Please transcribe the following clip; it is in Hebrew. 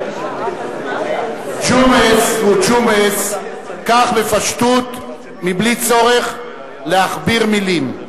הוא ג'ומס, כך בפשטות, בלי צורך להכביר מלים.